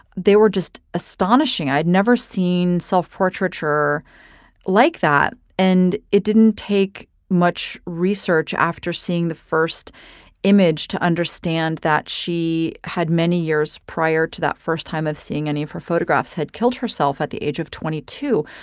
they were just astonishing. i had never seen self-portraiture like that and it didn't take much research. after seeing the first image to understand that she had many years prior to that first time of seeing any of her photographs had killed herself at the age of twenty two,